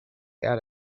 out